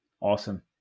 Awesome